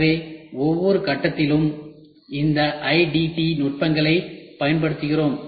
எனவே ஒவ்வொரு கட்டத்திலும் இந்த IDT நுட்பங்களைப் பயன்படுத்துகிறோம்